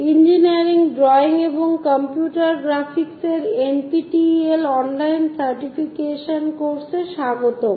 engineering drawing এবং computer গ্রাফিক্সের NPTEL online certification কোর্সে স্বাগতম